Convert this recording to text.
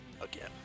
again